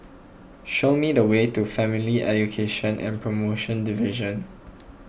show me the way to Family Education and Promotion Division